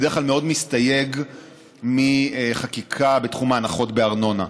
בדרך כלל מאוד מסתייג מחקיקה בתחום ההנחות בארנונה,